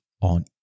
on